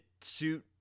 suit